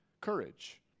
courage